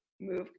move